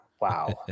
Wow